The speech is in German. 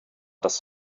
das